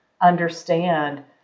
understand